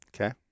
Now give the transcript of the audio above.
Okay